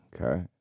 Okay